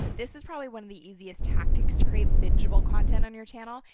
this is probably one of the easiest tactics to create binge-able content on your channel.